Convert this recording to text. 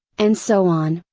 and so on,